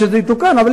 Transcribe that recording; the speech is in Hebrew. שזה יתוקן,